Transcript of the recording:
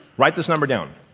write this number down.